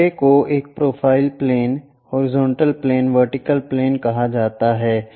दूसरे को एक profile plane horizontal plane vertical plane कहा जाता है